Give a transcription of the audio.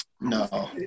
No